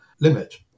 limit